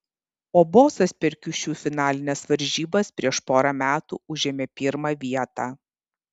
o bosas per kiušiu finalines varžybas prieš porą metų užėmė pirmą vietą